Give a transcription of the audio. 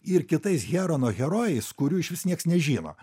ir kitais herono herojais kurių išvis nieks nežino